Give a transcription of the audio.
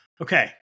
okay